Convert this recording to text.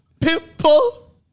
pimple